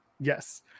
Yes